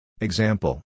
Example